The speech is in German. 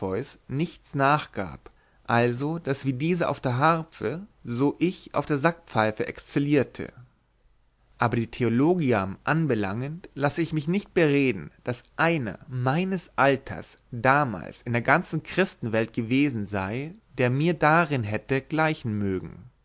nichts nachgab also daß wie dieser auf der harpfe so ich auf der sackpfeife exzellierte aber die theologiam anbelangend lasse ich mich nicht bereden daß einer meines alters damals in der ganzen christenwelt gewesen sei der mir darinne hätte gleichen mögen